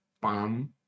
Palm